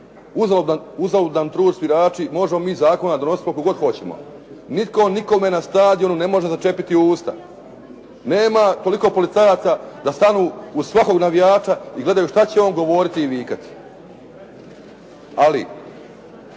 uzalud nam trud svirači, možemo mi zakona donositi koliko god hoćemo. Nitko nikome na stadionu ne može začepiti usta. Nema toliko policajaca da stanu uz svakog navijača i gledaju šta će on govoriti i vikati. Ali,